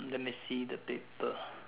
let me see the paper